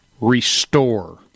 Restore